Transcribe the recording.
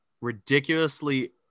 ridiculously